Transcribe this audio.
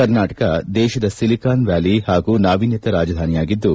ಕರ್ನಾಟಕ ದೇಶದ Silicon Valley ಹಾಗೂ ನಾವೀನ್ಯತಾ ರಾಜಧಾನಿಯಾಗಿದ್ದು